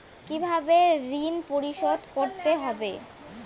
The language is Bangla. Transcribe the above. কিভাবে ঋণ পরিশোধ করতে হবে?